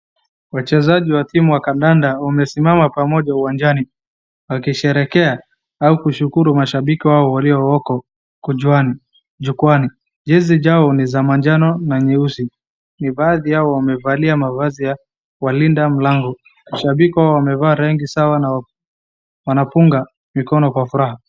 Wachezaji wa timu wa kandanda wamesimama pamoja uwanjani, wakisherehekea au kushukuru mashabiki wao waliowako jukwaani. Jezi jao ni za manjano na nyeusi. Ni baadhi yao wamevalia mavazi ya walinda mlango. Mashabiki wao wamevaa rangi sawa na wanapunga mikono kwa furaha.